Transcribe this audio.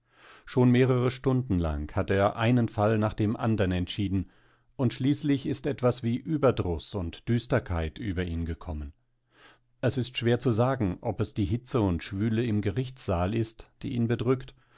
schon mehrere stunden lang hat er einen fall nach dem andern entschieden und schließlich ist etwas wie überdruß und düsterkeit über ihn gekommen es ist schwer zu sagen ob es die hitze und schwüle im gerichtssaal ist die ihn bedrückt